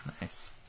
Nice